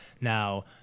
now